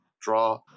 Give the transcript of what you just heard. draw